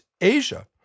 Asia